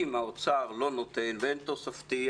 אם משרד האוצר לא נותן ואין תקציב תוספתי,